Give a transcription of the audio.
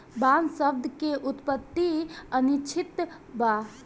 बांस शब्द के उत्पति अनिश्चित बा